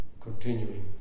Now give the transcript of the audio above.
Continuing